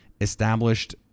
established